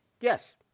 Yes